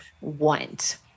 want